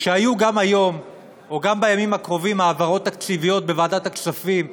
שהיו גם היום או גם בימים הקרובים העברות תקציביות בוועדת הכספים,